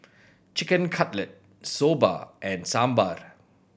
Chicken Cutlet Soba and Sambar